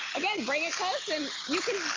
bring it close and you can